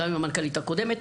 גם עם המנכ"לית הקודמת.